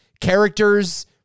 characters